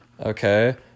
Okay